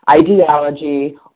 ideology